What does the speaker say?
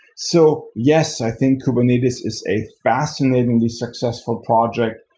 so, yes, i think kubernetes is a fascinatingly successful project.